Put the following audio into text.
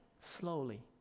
slowly